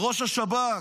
לראש השב"כ: